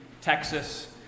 Texas